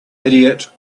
idiot